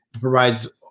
provides